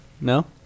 No